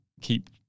keep